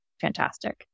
fantastic